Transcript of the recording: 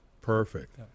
perfect